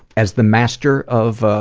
as the master of